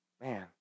Man